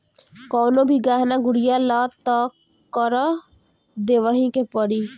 कवनो भी गहना गुरिया लअ तअ कर देवही के पड़ी